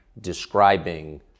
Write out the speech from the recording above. describing